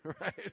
right